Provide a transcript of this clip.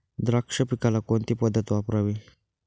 द्राक्ष पिकाला कोणती पद्धत वापरावी?